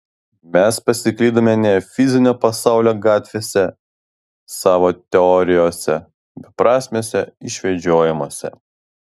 mes pasiklydome ne fizinio pasaulio gatvėse savo teorijose beprasmiuose išvedžiojimuose